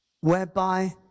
Whereby